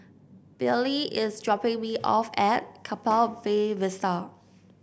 Bailee is dropping me off at Keppel Bay Vista